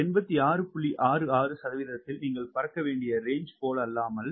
66 சதவீதத்தில் நீங்கள் பறக்க வேண்டிய ரேஞ்ச் போலல்லாமல்